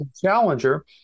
challenger